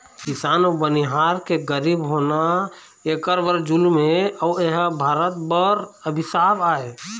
किसान अउ बनिहार के गरीब होना एखर बर जुलुम हे अउ एह भारत बर अभिसाप आय